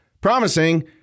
promising